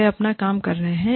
वे अपना काम कर रहे हैं